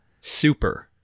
Super